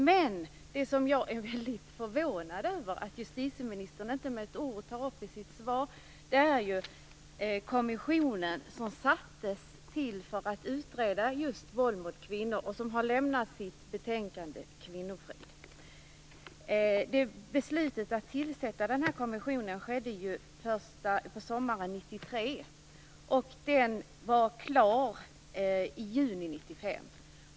Men jag är väldigt förvånad över att justitieministern inte säger ett enda ord om den kommission som tillsatts just för att utreda frågan om våld mot kvinnor och som har avlämnat sitt betänkande, Kvinnofrid. Beslutet att tillsätta kommissionen fattades på sommaren 1993. Man var klar i juni 1995.